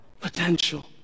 Potential